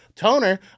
Toner